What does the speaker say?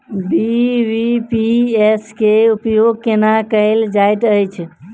BBPS केँ उपयोग केना कएल जाइत अछि?